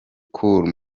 cool